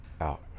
out